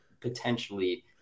potentially